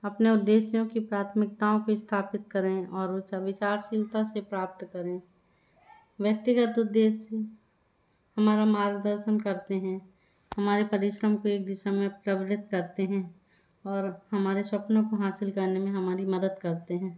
अपने उद्देश्यों की प्राथमिकताओं को स्थापित करें और उसे विचारशीलता से प्राप्त करें व्यक्तिगत उद्देश्य हमारा मार्गदर्शन करते हैं हमारे परिश्रम को एक दिशा में प्रवृत्त करते हैं और हमारे सपनों को हासिल करने में हमारी मदद करते हैं